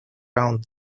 раунда